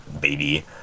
baby